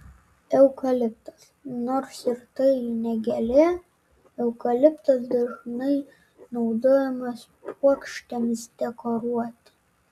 eukaliptas nors tai ir ne gėlė eukaliptas dažnai naudojamas puokštėms dekoruoti